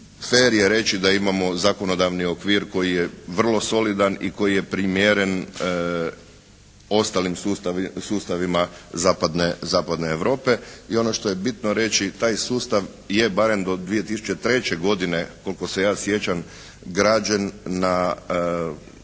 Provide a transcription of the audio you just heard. fer je reći da imamo zakonodavni okvir koji je vrlo solidan i koji je primjeren ostalim sustavima zapadne Europe i ono što je bitno reći taj sustav je barem do 2003. godine koliko se ja sjećam, građen na